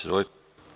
Izvolite.